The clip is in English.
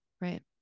right